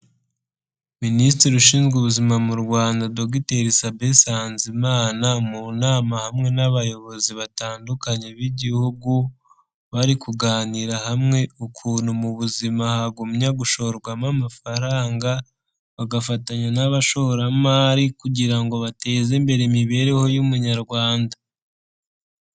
Minisitiri ushinzwe ubuzima mu Rwanda dogiteri sabe Nsanzimana mu nama hamwe n'abayobozi batandukanye b'igihugu bari kuganira hamwe ukuntu mu buzima hagumya gushorwamo amafaranga bagafatanya n'abashoramari kugira ngo bateze imbere imibereho y'umunyarwanda.